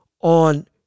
on